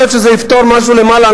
יכול להיות שזה יפתור משהו למעלה,